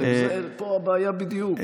הרי פה הבעיה בדיוק.